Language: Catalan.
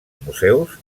museus